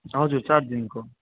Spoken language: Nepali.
हजुर चार दिनको